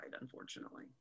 unfortunately